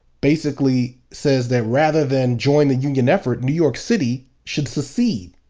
basically says that rather than join the union effort, new york city should secede!